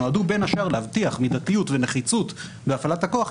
שנועדו בין השאר להבטיח מידתיות ונחיצות בהפעלת הכוח,